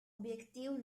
objektiv